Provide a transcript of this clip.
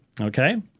okay